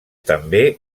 també